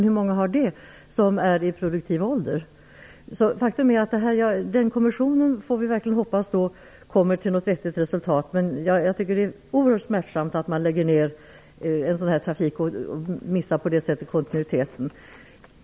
Hur många har det som är i produktiv ålder? Vi får verkligen hoppas att kommissionen kommer till något vettigt resultat. Jag tycker att det är oerhört smärtsamt att man lägger ner den här trafiken och på det sättet går miste om kontinuiteten.